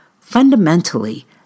Fundamentally